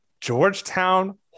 Georgetown